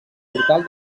portal